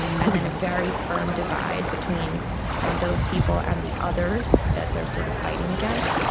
and then a very firm divide between um those people and the others that they are sort of fighting against.